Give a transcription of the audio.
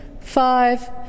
Five